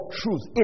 truth